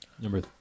number